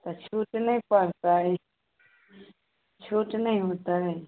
तऽ छूट नहि पड़तै छूट नहि होतै